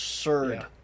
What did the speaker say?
Absurd